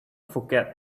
forget